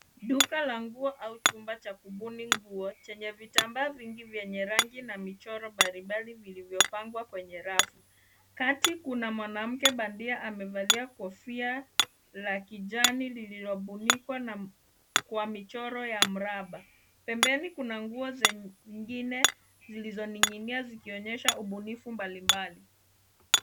Duka la nguo au chumba cha kubuni nguo chenye vitambaa vingi vyenye rangi na michoro mbalimbali vilivyopangwa kwenye rafu. Kati kuna mwanamke bandia amevalia kofia la kijani lililofunikwa mchoro ya mraba. Pembeni kuna nguo zingine zilizoning'inia zikionyesha ubunifu mbalimbali.